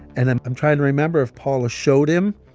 and then i'm trying to remember if paula showed him,